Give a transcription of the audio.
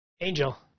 Angel